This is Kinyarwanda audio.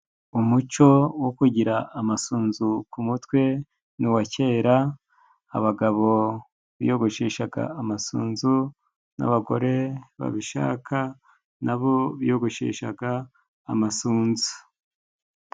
Umuco wo kugira amasunzu ku mutwe ni uwa kera, abagabo biyogosheshaga amasunzu, n'abagore babishaka nabo biyogosheshaga amasunzu.